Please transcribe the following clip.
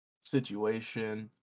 situation